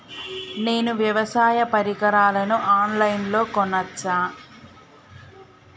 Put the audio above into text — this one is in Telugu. నేను వ్యవసాయ పరికరాలను ఆన్ లైన్ లో కొనచ్చా?